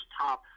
top